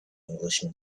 englishman